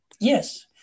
Yes